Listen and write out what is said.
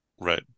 Right